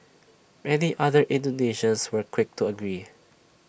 many other Indonesians were quick to agree